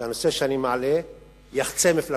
שהנושא שאני מעלה יחצה מפלגות.